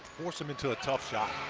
forced him into a tough shot.